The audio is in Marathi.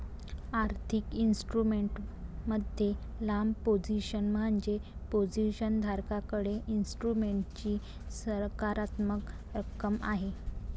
आर्थिक इन्स्ट्रुमेंट मध्ये लांब पोझिशन म्हणजे पोझिशन धारकाकडे इन्स्ट्रुमेंटची सकारात्मक रक्कम आहे